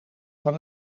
van